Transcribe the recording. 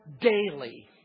daily